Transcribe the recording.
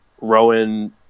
Rowan